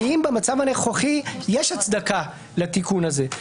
יש הצדקה לתיקון הזה?